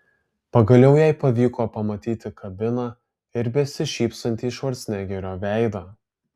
pagaliau jai pavyko pamatyti kabiną ir besišypsantį švarcnegerio veidą